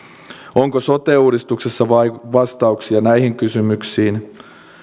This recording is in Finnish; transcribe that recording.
onko sote uudistuksessa vastauksia näihin kysymyksiin